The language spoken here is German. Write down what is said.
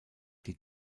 die